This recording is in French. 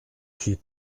suis